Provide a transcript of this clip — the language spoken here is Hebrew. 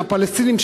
מהפלסטינים,